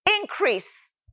increase